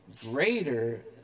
greater